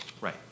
Right